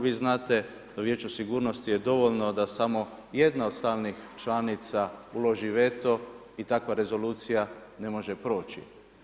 Vi znate Vijeću sigurnosti je dovoljno da samo jedna od stalnih članica uloži veto i takva rezolucija ne može proći.